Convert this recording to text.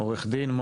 אוקיי.